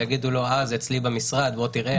ויגידו לו: אה, זה אצלי במשרד, בוא תראה.